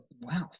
Wow